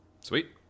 Sweet